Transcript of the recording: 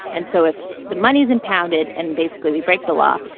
and so if the money is impounded and basically we break the law,